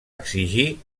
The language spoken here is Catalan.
exigir